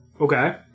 Okay